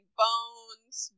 bones